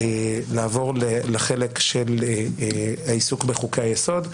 לעבור לחלק של העיסוק בחוקי היסוד.